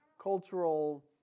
cultural